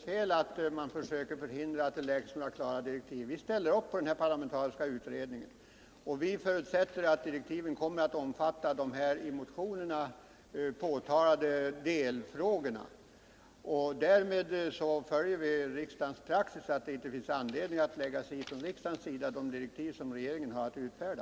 Fru talman! Nej, det är alldeles fel att man försöker förhindra att klara direktiv utfärdas. Vi ställer oss bakom den parlamentariska utredningen och förutsätter att direktiven kommer att omfatta även de i motionen redovisade delfrågorna. Därmed följer vi också riksdagens praxis att inte lägga sig i utformningen av de direktiv som regeringen har att utfärda.